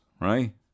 right